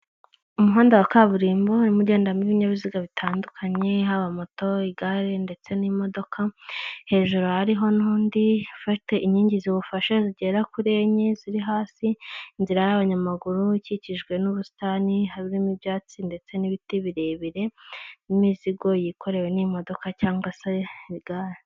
Umuhanda wa kaburimbo rimo ugendamo ibinyabiziga bitandukanye haba moto, igare ndetse n'imodoka, hejuru hariho n'undi ufite inkingi ziwufashe zigera kuri enye ziri hasi, inzira y'abanyamaguru ikikijwe n'ubusitani harimo ibyatsi ndetse n'ibiti birebire n'imizigo yikorewe n'imodoka cyangwa se igare.